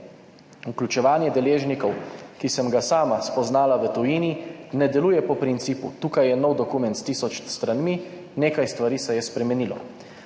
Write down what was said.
Vključevanje deležnikov, ki sem ga sama spoznala v tujini, ne deluje po principu, tukaj je nov dokument s tisoč stranmi, nekaj stvari se je spremenilo.